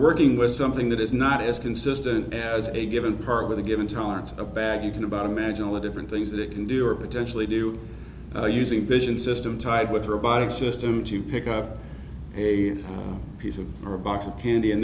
working with something that is not as consistent as a given part with a given tolerance a bag you can about imagine all the different things that it can do or potentially do using vision system tied with robotic system to pick up a piece of or a box of candy in